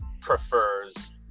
prefers